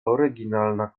oryginalna